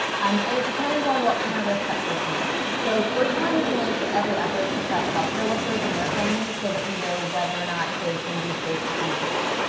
um and it depends on what kind of risk that person has. so we're trying to make every effort to test health care workers and their families so that we know whether or not they can be safe to come to work.